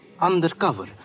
undercover